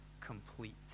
complete